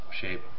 shape